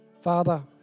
Father